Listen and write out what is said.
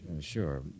Sure